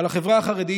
על החברה החרדית,